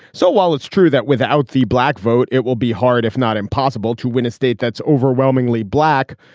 so while it's true that without the black vote it will be hard if not impossible to win a state that's overwhelmingly black.